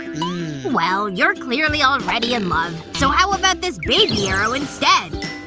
well, you're clearly already in love, so, how about this baby arrow instead?